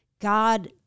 God